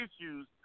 issues